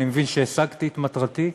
אני מבין שהשגתי את מטרתי,